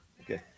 Okay